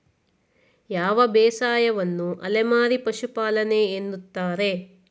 ಯಾವ ಬೇಸಾಯವನ್ನು ಅಲೆಮಾರಿ ಪಶುಪಾಲನೆ ಎನ್ನುತ್ತಾರೆ?